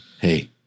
hey